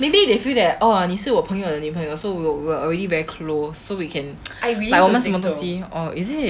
maybe they feel that oh 你是我朋友的女朋友 so 我 al~ already very close so we can like 我们什么东西 oh is it